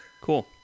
Cool